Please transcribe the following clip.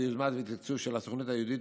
ביוזמה ובתקצוב של הסוכנות היהודית,